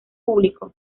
público